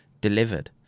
delivered